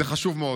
כי זה חשוב מאוד.